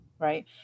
Right